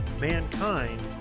Mankind